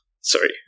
sorry